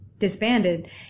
disbanded